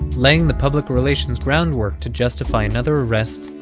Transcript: laying the public relations groundwork to justify another arrest,